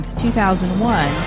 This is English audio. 2001